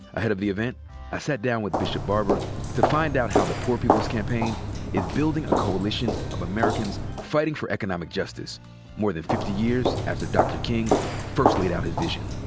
ahead of the event i sat down with bishop barber to find out how the poor people's campaign is building a coalition of americans fighting for economic justice more than fifty years after dr. king first laid out his vision.